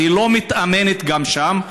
אז היא לא מתאמנת גם שם.